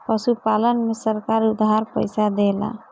पशुपालन में सरकार उधार पइसा देला?